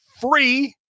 free